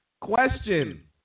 question